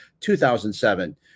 2007